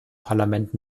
parlament